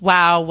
Wow